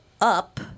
up